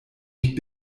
ich